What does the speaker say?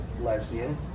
lesbian